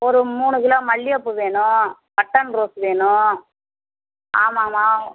ஒரு மூணு கிலோ மல்லிகைப் பூ வேணும் பட்டன் ரோஸ் வேணும் ஆமாங்ம்மா